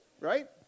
right